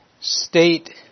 state